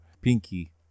Pinky